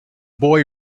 boy